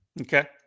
okay